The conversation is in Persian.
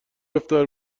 افطار